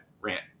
rant